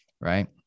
Right